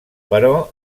però